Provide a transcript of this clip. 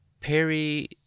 Perry